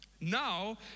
Now